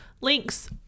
links